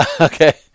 Okay